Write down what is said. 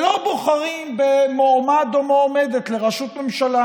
לא בוחרים במועמד או מועמדת לראשות ממשלה,